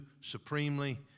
supremely